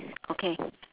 okay